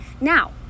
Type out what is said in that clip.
Now